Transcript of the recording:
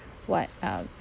what uh